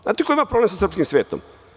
Znate li ko ima problem sa srpskim svetom?